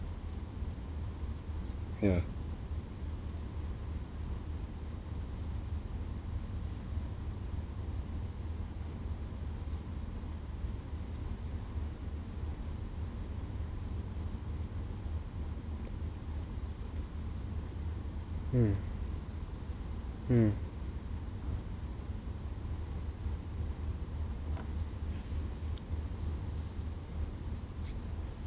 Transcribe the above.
yeah mm mm